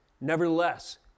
Nevertheless